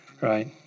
right